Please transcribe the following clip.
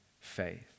faith